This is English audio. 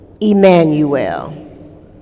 Emmanuel